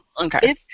okay